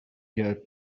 there